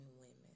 women